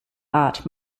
art